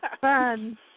fun